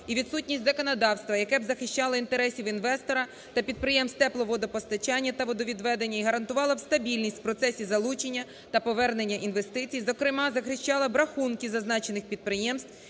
і відсутність законодавства, яке б захищало інтереси інвестора та підприємств тепловодопостачання та водовідведення і гарантувала б стабільність у процесі залучення та повернення інвестицій, зокрема, захищала б рахунки зазначених підприємств,